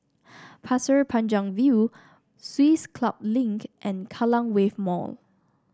Pasir Panjang View Swiss Club Link and Kallang Wave Mall